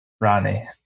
Ronnie